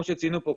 כמו שציינו פה,